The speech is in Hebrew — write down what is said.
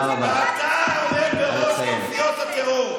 אתה עומד בראש כנופיות הטרור.